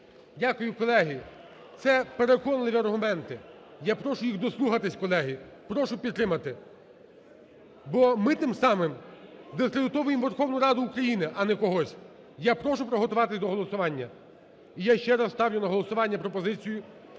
Дякую, колеги. Це переконливі аргументи, я прошу їх дослухатись, колеги. Прошу підтримати, бо ми тим самим дискредитуємо Верховну Раду України, а не когось. Я прошу приготуватись до голосування. І я ще раз ставлю на голосування пропозицію,